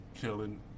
Killing